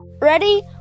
Ready